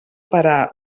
parar